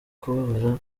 kubabara